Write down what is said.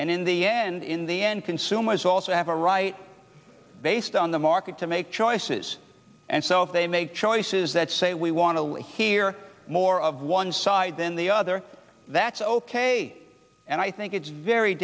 and in the end in the end consumers also have a right based on the market to make choices and so they make choices that say we want to hear more of one side than the other that's ok and i think it's very